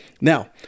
Now